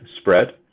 spread